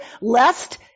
lest